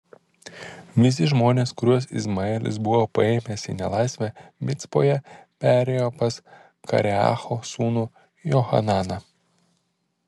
visi žmonės kuriuos izmaelis buvo paėmęs į nelaisvę micpoje perėjo pas kareacho sūnų johananą